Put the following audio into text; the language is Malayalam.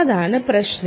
അതാണ് പ്രശ്നം